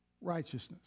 righteousness